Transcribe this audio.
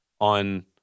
on